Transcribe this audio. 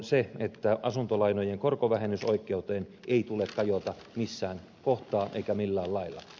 se että asuntolainojen korkovähennysoikeuteen ei tule kajota missään kohtaa eikä millään lailla